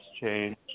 change